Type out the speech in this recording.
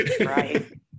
Right